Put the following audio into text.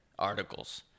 Articles